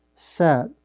Set